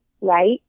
right